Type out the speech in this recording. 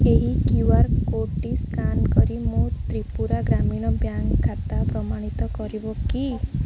ଏହି Q R କୋର୍ଡ଼ଟି scan କରି ମୋ ତ୍ରିପୁରା ଗ୍ରାମୀଣ ବ୍ୟାଙ୍କ୍ ଖାତା ପ୍ରମାଣିତ କରିବ କି